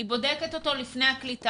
אני בודקת אותו לפני הקליטה.